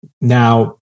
Now